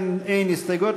אין הסתייגויות.